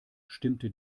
stimmte